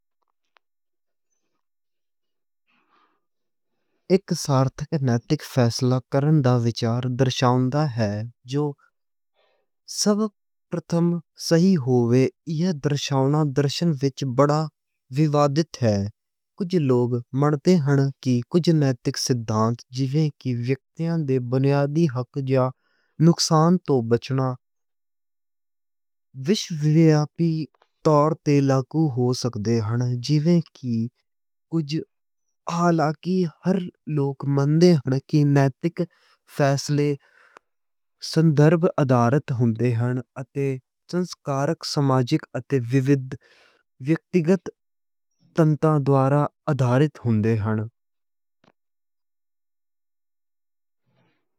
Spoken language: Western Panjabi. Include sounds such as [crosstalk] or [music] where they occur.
اس ریت نیتی اخلاق کرن تے وچار درشاؤندا ہے۔ ہے جو سب پرتھم صحیح ایہ درشاؤنا درشن وِچ بڑا وِوادت ہے۔ کجھے لوگ منندے ہن کہ کجھے نیتک سدھانْت جیویں کہ ویکتیان دے بُنیادی حقّاں نوں نقصان توں بچنا۔ [hesitation] جیویں کہ میتھکس یوزنگ نال، بنتھم وِچ یوٹیلیٹیرین بالکل ہو سکدے ہن جے۔ جیوں کہ کجھے اہلا کہ ہر لوک منندے ہن کہ نیتک فیصلے [hesitation] سندرپ آدھارت ہُندے ہن۔ اتے سماجک اتے ویکتیگت پدّر تے ہُندے ہن۔